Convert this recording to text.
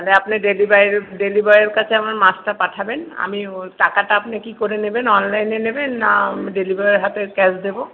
তাহলে আপনি ডেলিভারি বয়ের ডেলিভারি বয়ের কাছে আমার মাছটা পাঠাবেন আমি ওর টাকাটা আপনি কি করে নেবেন অনলাইনে নেবেন না ডেলিভারি বয়ের হাতে ক্যাশ দেবো